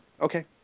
Okay